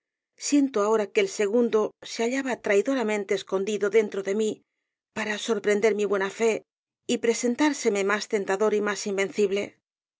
siento ahora que el segundo sé hallaba traidoramente escondido dentro de mí para sorprender mi buena fe y presentárseme más tentador y más invencible